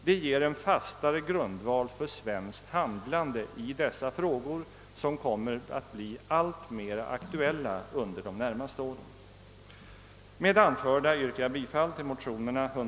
Det skulle ge en fastare grundval för svenskt handlande i dessa frågor som kommer att bli alltmer aktuella under de närmaste åren.